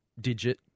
digit